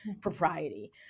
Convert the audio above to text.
propriety